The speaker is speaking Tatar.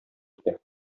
итә